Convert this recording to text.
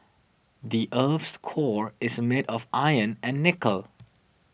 the earth's core is made of iron and nickel